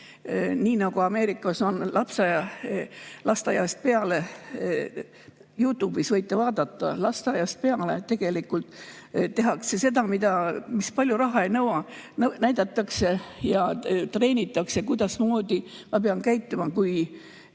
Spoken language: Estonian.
Nii nagu Ameerikas on lasteaiast peale, Youtube'ist võite vaadata, kuidas lasteaiast peale tehakse seda, mis palju raha ei nõua: näidatakse ja treenitakse, kuidasmoodi ma pean käituma, kui